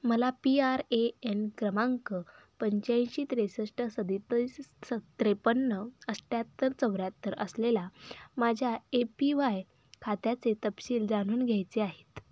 मला P R A N क्रमांक पंचाऐंशी त्रेसष्ट सदतीस स त्रेपन्न अठ्ठ्याहत्तर चौऱ्याहत्तर असलेला माझ्या ए पी वाय खात्याचे तपशील जाणून घ्यायचे आहेत